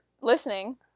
listening